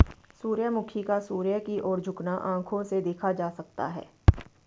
सूर्यमुखी का सूर्य की ओर झुकना आंखों से देखा जा सकता है